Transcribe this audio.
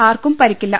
ആർക്കും പരിക്കില്ല